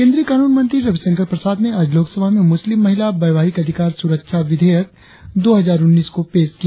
केंद्रीय कानून मंत्री रविशंकर प्रसाद ने आज लोकसभा में मुस्लिम महिला वैवाहिक अधिकार सुरक्षा विधेयक दो हजार उन्नीस को पेश किया